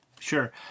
Sure